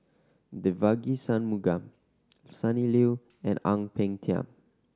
Devagi Sanmugam Sonny Liew and Ang Peng Tiam